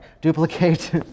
Duplicate